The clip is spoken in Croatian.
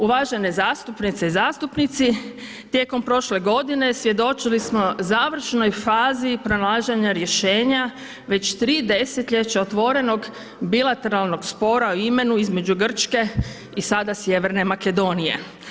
Uvažene zastupnice i zastupnici tijekom prošle godine svjedočili smo završnoj fazi pronalaženja rješenja već 3 desetljeća otvorenog bilateralnog spora o imenu između Grčke i sada Sjeverne Makedonije.